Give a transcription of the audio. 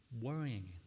worrying